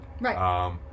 Right